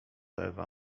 ewa